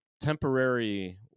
temporary